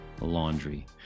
laundry